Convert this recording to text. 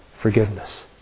forgiveness